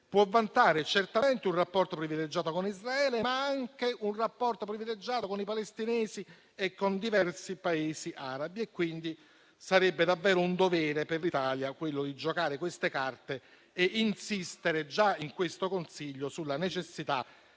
può vantare certamente un rapporto privilegiato con Israele, ma anche con i palestinesi e con diversi Paesi arabi, quindi sarebbe davvero un dovere per l'Italia quello di giocare queste carte e di insistere già in questo Consiglio europeo sulla necessità